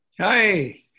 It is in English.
Hi